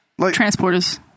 Transporters